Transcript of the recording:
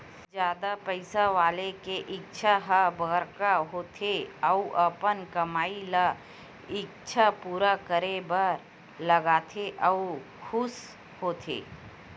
जादा पइसा वाला के इच्छा ह बड़का होथे अउ अपन कमई ल इच्छा पूरा करे बर लगाथे अउ खुस होथे